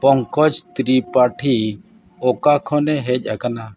ᱯᱚᱝᱠᱚᱡᱽ ᱛᱨᱤᱯᱟᱴᱷᱤ ᱚᱠᱟ ᱠᱷᱚᱱᱮ ᱦᱮᱡ ᱟᱠᱟᱱᱟ